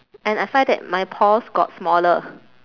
and I find that my pores got smaller